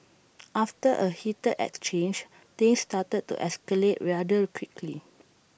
after A heated exchange things started to escalate rare rather quickly